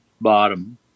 bottom